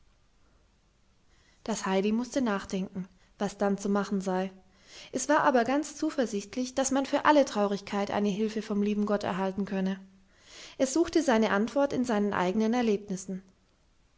das heidi mußte nachdenken was dann zu machen sei es war aber ganz zuversichtlich daß man für alle traurigkeit eine hilfe vom lieben gott erhalten könne es suchte seine antwort in seinen eigenen erlebnissen